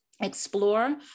explore